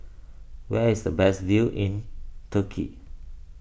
where is the best view in Turkey